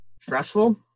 stressful